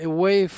Away